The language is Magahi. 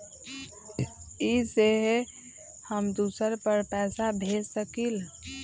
इ सेऐ हम दुसर पर पैसा भेज सकील?